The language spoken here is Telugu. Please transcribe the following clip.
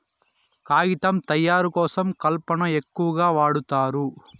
కాగితం తయారు కోసం కలపను ఎక్కువగా వాడుతారు